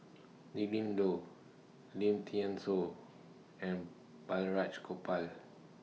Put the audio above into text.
Willin Low Lim Thean Soo and Balraj Gopal